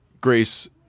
Grace